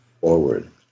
forward